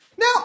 Now